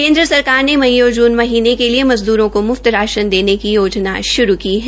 केन्द्र सरकार ने मई और जून के लिए मज़दूरों को मुफ्त राशन देने की शुरू की है